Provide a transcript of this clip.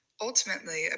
Ultimately